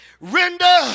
render